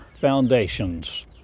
foundations